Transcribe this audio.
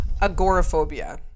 agoraphobia